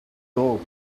dog